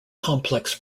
complex